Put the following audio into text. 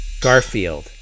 Garfield